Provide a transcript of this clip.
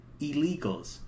illegals